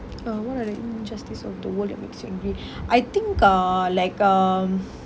uh what are the injustice of the world that makes you angry I think uh like um